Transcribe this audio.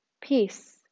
Peace